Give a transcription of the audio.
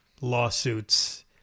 lawsuits